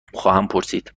پرسید